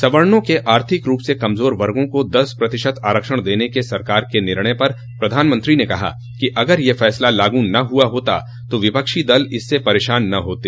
सवणां के आर्थिक रूप से कमजोर वर्गों को दस प्रतिशत आरक्षण देने के सरकार के निर्णय पर प्रधानमंत्री ने कहा कि अगर यह फैसला लागू न हुआ होता तो विपक्षी दल इससे परेशान न होते